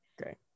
Okay